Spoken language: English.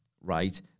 right